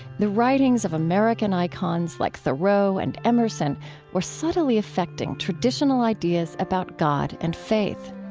the writings of american icons like thoreau and emerson were subtly affecting traditional ideas about god and faith.